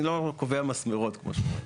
אני לא קובע מסמרות, כמו שאומרים.